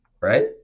right